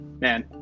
man